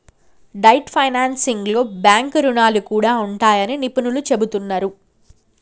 debt ఫైనాన్సింగ్లో bank రుణాలు కూడా ఉంటాయని నిపుణులు చెబుతున్నరు